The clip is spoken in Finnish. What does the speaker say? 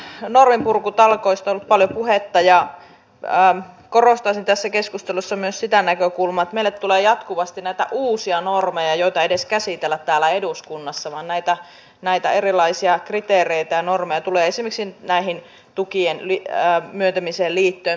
on näistä norminpurkutalkoista ollut paljon puhetta ja korostaisin tässä keskustelussa myös sitä näkökulmaa että meille tulee jatkuvasti näitä uusia normeja joita ei edes käsitellä täällä eduskunnassa vaan erilaisia kriteereitä ja normeja tulee esimerkiksi tukien myöntämiseen liittyen